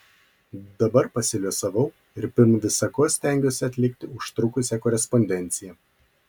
dabar pasiliuosavau ir pirm visa ko stengiuosi atlikti užtrukusią korespondenciją